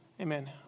amen